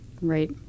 Right